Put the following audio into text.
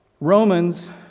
Romans